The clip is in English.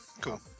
cool